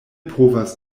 povas